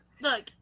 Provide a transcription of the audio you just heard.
Look